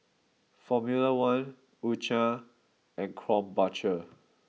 formula one Ucha and Krombacher